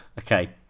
Okay